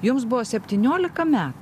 jums buvo septyniolika metų